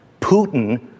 Putin